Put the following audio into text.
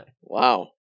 Wow